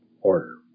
order